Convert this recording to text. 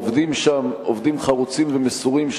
העובדים שם חרוצים ומסורים,